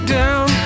down